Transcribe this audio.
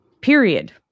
period